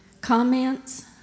Comments